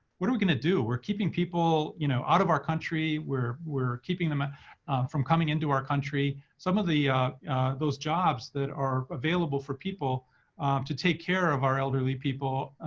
what are we going to do? we're keeping people you know out of our country. we're we're keeping them ah from coming into our country. some of the those jobs that are available for people to take care of our elderly people,